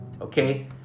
okay